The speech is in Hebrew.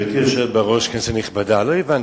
גברתי היושבת בראש, כנסת נכבדה, לא הבנתי.